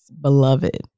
Beloved